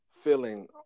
feeling